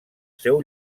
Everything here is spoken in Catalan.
seu